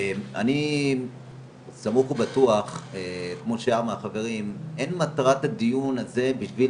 אני סמוך ובטוח שאין מטרת הדיון הזה בשביל,